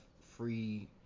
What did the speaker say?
free